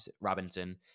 Robinson